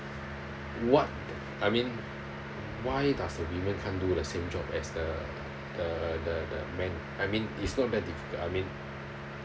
what I mean why does the women can't do the same job as the the the the men I mean it's not very difficult I mean